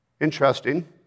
Interesting